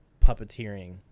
puppeteering